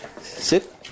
sit